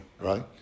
right